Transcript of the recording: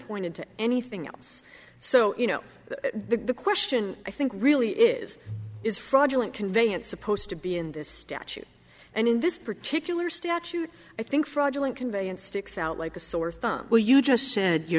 pointed to anything else so you know the question i think really is is fraudulent conveyance supposed to be in this statute and in this particular statute i think fraudulent conveyance sticks out like a sore thumb where you just said you're